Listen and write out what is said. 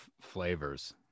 flavors